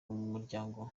umuryango